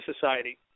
Society